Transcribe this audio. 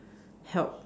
help